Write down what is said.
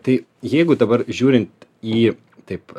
tai jeigu dabar žiūrint į taip